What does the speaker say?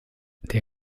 der